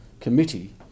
committee